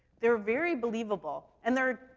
they're very believable, and they're,